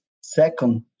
Second